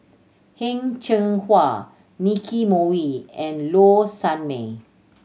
Heng Cheng Hwa Nicky Moey and Low Sanmay